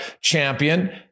champion